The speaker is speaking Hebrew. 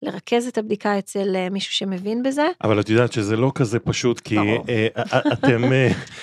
לרכז את הבדיקה אצל מישהו שמבין בזה. אבל את יודעת שזה לא כזה פשוט, כי אתם...